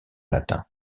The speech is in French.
latin